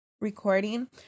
recording